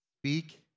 Speak